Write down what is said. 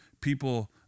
people